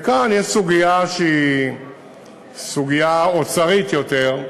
וכאן יש סוגיה שהיא סוגיה אוצרית יותר: